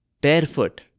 Barefoot